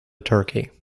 turkey